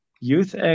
youth